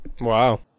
Wow